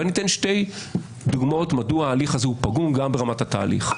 ואני אתן שתי דוגמאות מדוע ההליך הזה הוא פגום גם ברמת התהליך.